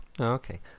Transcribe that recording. Okay